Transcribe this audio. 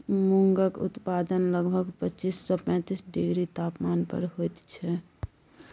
मूंगक उत्पादन लगभग पच्चीस सँ पैतीस डिग्री तापमान पर होइत छै